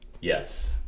Yes